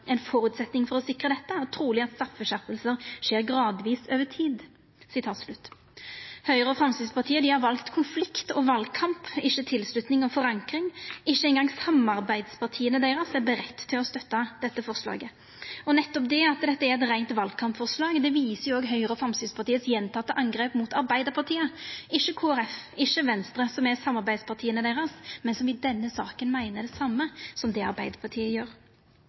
ein gong samarbeidspartia deira er budde på å støtta dette forslaget. Nettopp det at dette er eit reint valkampforslag, viser Høgres og Framstegspartiets gjentekne angrep på Arbeidarpartiet, ikkje på Kristeleg Folkeparti, ikkje på Venstre, som er samarbeidspartia deira, men som i denne saka meiner det same som Arbeidarpartiet.